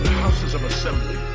houses of assembly.